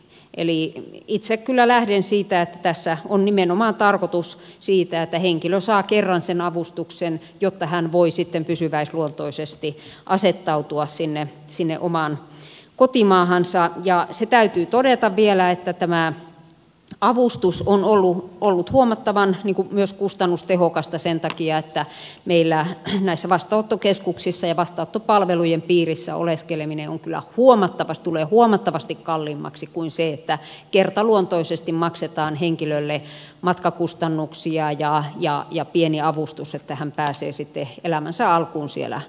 eli itse kyllä lähden siitä että tässä on nimenomaan tarkoitus että henkilö saa kerran sen avustuksen jotta hän voi sitten pysyväisluontoisesti asettautua sinne omaan kotimaahansa ja se täytyy todeta vielä että tämä avustus on ollut huomattavan kustannustehokas sen takia että meillä näissä vastaanottokeskuksissa ja vastaanottopalvelujen piirissä oleskeleminen tulee kyllä huomattavasti kalliimmaksi kuin se että kertaluontoisesti maksetaan henkilölle matkakustannuksia ja pieni avustus että hän pääsee sitten elämänsä alkuun siellä kotimaassaan